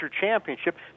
championship